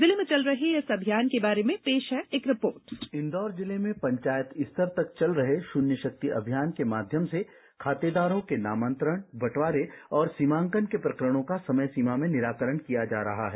जिले में चल रहे इस अभियान के बारे में पेश है इंदौर जिले में पंचायत स्तर तक चल रहे ष्रन्य षक्ति अभियान के माध्यम से खातेदारों के नामांतरण बंटवारे और सीमांकन के प्रकरणों का समय सीमा में निराकरण किया जा रहा है